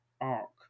arc